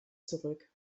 zurück